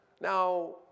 now